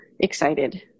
excited